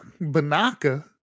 Banaka